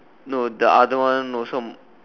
no the other one also